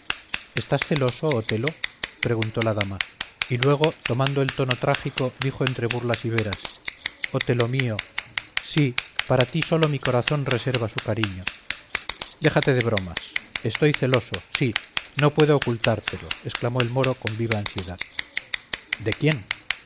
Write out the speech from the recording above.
estás celoso otelo preguntó la dama y luego tomando el tono trágico dijo entre burlas y veras déjate de bromas estoy celoso sí no puedo ocultártelo exclamó el moro con viva ansiedad de quién